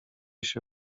się